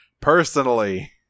personally